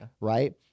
right